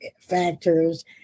factors